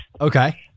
Okay